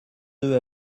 deux